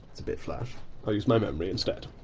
that's a bit flash i'll use my memory instead.